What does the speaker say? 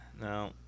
No